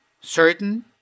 certain